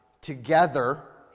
together